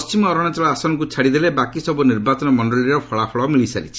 ପଣ୍ଠିମ ଅରୁଣାଚଳ ଆସନକୁ ଛାଡ଼ି ଦେଲେ ବାକି ସବୁ ନିର୍ବାଚନ ମଣ୍ଡଳୀର ଫଳାଫଳ ମିଳି ସାରିଛି